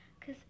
cause